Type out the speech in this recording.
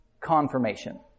confirmation